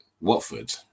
Watford